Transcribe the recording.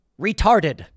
retarded